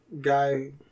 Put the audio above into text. guy